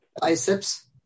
biceps